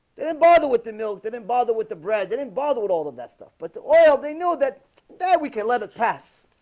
didn't bother with the milk didn't bother with the bread they didn't bother with all of that stuff, but the oil they know that dad. we can't let it pass